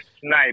snipe